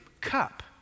cup